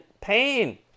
Pain